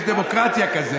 יש דמוקרטיה כזאת,